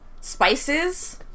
spices